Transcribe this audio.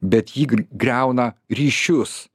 bet ji gri griauna ryšius